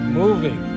moving